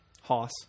hoss